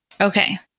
Okay